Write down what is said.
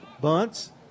Bunts